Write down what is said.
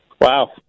Wow